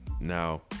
Now